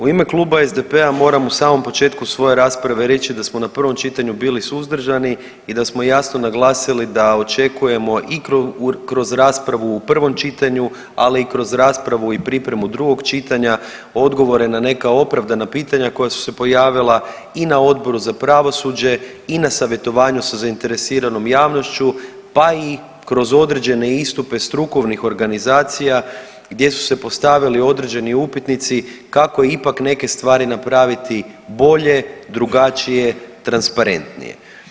U ime kluba SDP-a moram u samom početku svoje rasprave reći da smo na prvom čitanju bili suzdržani i da smo jasno naglasili da očekujemo i kroz raspravu u prvom čitanju, ali i kroz raspravu i pripremu drugog čitanja odgovore na neka opravdana pitanja koja su se pojavila i na Odboru za pravosuđe i na savjetovanju sa zainteresiranom javnošću, pa i kroz određene istupe strukovnih organizacija gdje su se postavili određeni upitnici kako ipak neke stvari napraviti bolje, drugačije, transparentnije.